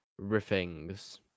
riffings